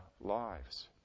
lives